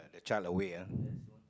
the child away ah